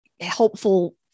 helpful